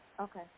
Okay